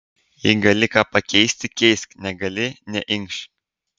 jei gali ką pakeisti keisk negali neinkšk